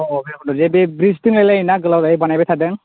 अ भैरबकुन्द' बे ब्रिज दंलायलायो ना गोलावै बानायबाय थादों